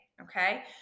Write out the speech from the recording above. okay